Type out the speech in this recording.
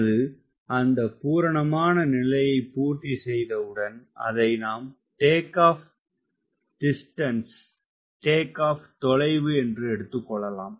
அது அந்த பூரணமான நிலையை பூர்த்தி செய்தவுடன் அதை நாம் டேக் ஆப் தொலைவு என்று எடுத்துக்கொள்ளலாம்